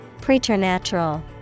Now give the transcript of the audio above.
Preternatural